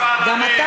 זה, עם יד הלב.